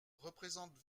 représentent